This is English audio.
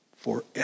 Forever